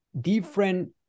different